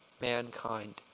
mankind